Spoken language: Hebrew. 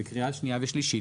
בקריאה שנייה ושלישית,